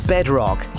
Bedrock